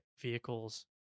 vehicles